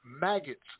maggots